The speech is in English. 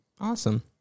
Awesome